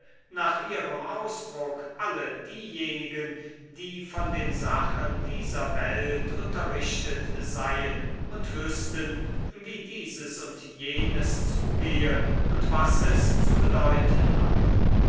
nach ihrem ausdruck alle diejenigen die von den sachen dieser welt unterrichtet seien und wüßten wie dieses und jenes zugehe und was es zu bedeuten habe